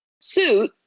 suit